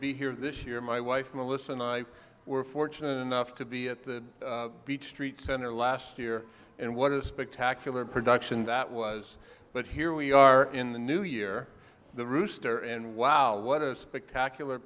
be here this year my wife melissa and i were fortunate enough to be at the beach street center last year and what a spectacular production that was but here we are in the new year the rooster and wow what a spectacular